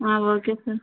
okay sir